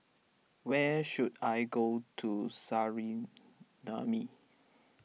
where should I go to Suriname